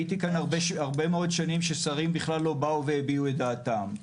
הייתי כאן הרבה מאוד שנים ששרים בכלל לא באו הביעו את דעתם.